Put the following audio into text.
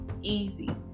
easy